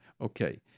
Okay